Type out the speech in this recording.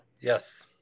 Yes